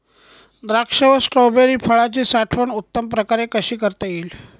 द्राक्ष व स्ट्रॉबेरी फळाची साठवण उत्तम प्रकारे कशी करता येईल?